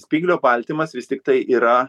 spyglio baltymas vis tiktai yra